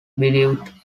believed